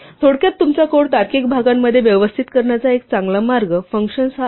थोडक्यात तुमचा कोड तार्किक भागांमध्ये व्यवस्थित करण्याचा एक चांगला मार्ग फंक्शन्स हा आहे